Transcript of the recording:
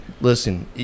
listen